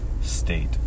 state